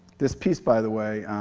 this piece by the way,